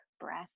breath